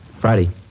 Friday